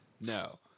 No